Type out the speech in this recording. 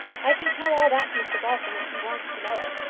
i can tell all that to mr balsam if he wants to know it.